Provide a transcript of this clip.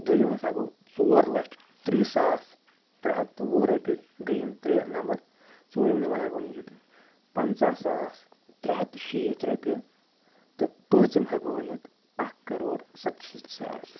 دوٚیِم ہَسا گوٚو ژور لَچھ تٕرٛہ ساس ترٛےٚ ہَتھ تہٕ وُہ رۄپیہِ گٔے یِم ترٛےٚ نمبر ژورِم نمبر ہٮ۪کہٕ بہٕ ؤنِتھ یہِ تہِ پنٛژاہ ساس ترٛےٚ ہَتھ تہٕ شیٖتھ رۄپیہِ تہٕ پوٗنٛژِم ہٮ۪کہٕ بہٕ ؤنِتھ اَکھ کَرور سَتشیٖتھ ساس